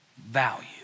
value